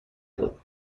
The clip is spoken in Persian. بود